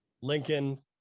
Lincoln